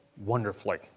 wonderfully